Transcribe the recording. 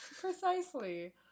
Precisely